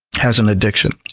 has an addiction.